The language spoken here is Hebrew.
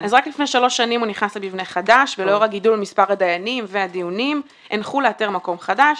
ולאור גידול מס' הדיינים והדיונים הנחו לאתר מקום חדש.